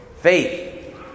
Faith